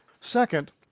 Second